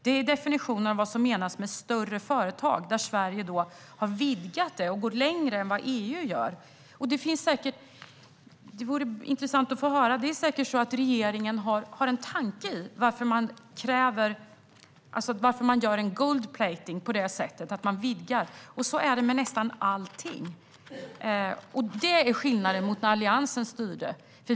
Det är definitionen av vad som menas med större företag som leder till detta. Sverige har vidgat definitionen och går längre än EU. Regeringen har säkert en tanke med att göra en gold-plating på detta sätt. Det vore intressant att få höra om den tanken. Men så här är det nästan med allting. Just detta är vad som utgör skillnaden gentemot när Alliansen styrde.